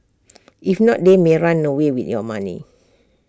if not they may run away with your money